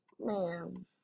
man